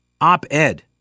op-ed